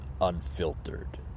unfiltered